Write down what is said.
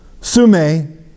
sume